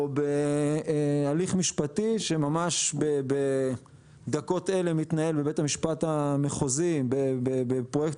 או בהליך משפטי שממש בדקות אלה מתנהל בבית המשפט המחוזי בפרויקט